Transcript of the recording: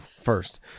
first